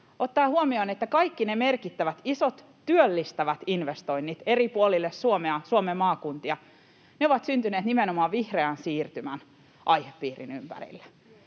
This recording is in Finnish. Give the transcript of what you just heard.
ottaen huomioon, että kaikki ne merkittävät, isot työllistävät investoinnit eri puolille Suomea, Suomen maakuntia, ovat syntyneet nimenomaan vihreän siirtymän aihepiirin ympärille.